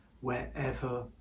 wherever